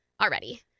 already